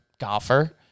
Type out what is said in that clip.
golfer